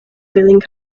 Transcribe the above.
feeling